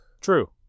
True